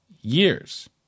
years